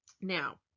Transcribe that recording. Now